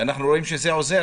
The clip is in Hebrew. ואנחנו רואים שזה עוזר.